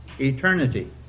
eternity